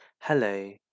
hello